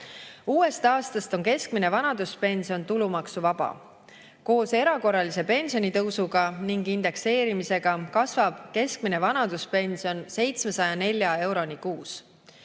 Uuest aastast on keskmine vanaduspension tulumaksuvaba. Koos erakorralise pensionitõusuga ning indekseerimisega kasvab keskmine vanaduspension 704 euroni kuus.